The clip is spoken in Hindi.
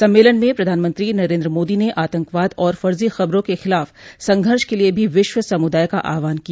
सम्मेलन में प्रधानमंत्री नरेन्द्र मोदी ने आतंकवाद और फर्जी खबरों के खिलाफ संघर्ष के लिए भी विश्व समुदाय का आहवान किया